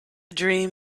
dream